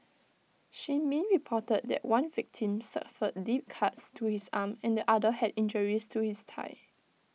shin min reported that one victim suffered deep cuts to his arm and the other had injuries to his thigh